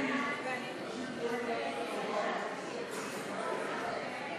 הציוני להביע אי-אמון בממשלה לא נתקבלה.